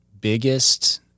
biggest